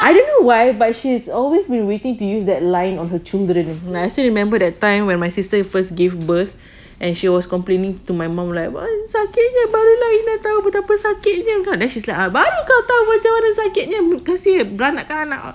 I don't know why but she's always been waiting to use that line on her children like I still remember that time when my sister first give birth and she was complaining to my mum like sakitnya badan berapa sakitnya then she's like baru kau tahu macam mana sakitnya beranakan